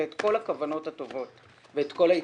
את כל הכוונות הטובות ואת כל ההתקדמות.